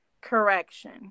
Correction